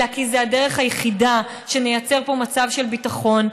אלא כי זו הדרך היחידה שבה נייצר פה מצב של ביטחון,